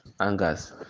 Angers